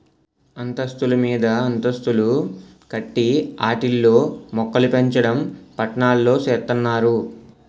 అంతస్తులు మీదంతస్తులు కట్టి ఆటిల్లో మోక్కలుపెంచడం పట్నాల్లో సేత్తన్నారు